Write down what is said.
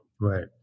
Right